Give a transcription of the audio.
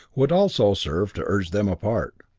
would also serve to urge them apart.